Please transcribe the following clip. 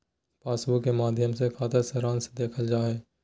passbook के माध्मय से खाता सारांश देखल जा हय